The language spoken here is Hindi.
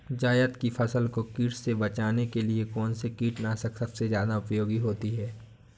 जायद की फसल को कीट से बचाने के लिए कौन से कीटनाशक सबसे ज्यादा उपयोगी होती है?